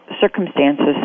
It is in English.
circumstances